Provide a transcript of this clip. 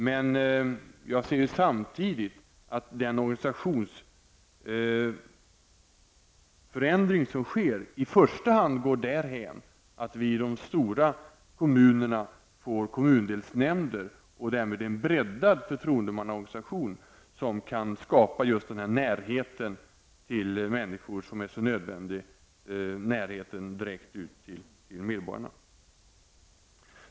Men jag ser samtidigt att den organisationsförändring som sker i första hand går därhän att vi i de stora kommunerna får kommundelsnämnder och därmed en breddad förtroendemannaorganisation som kan skapa just den närhet till människor som är nödvändig, närheten direkt till medborgarna.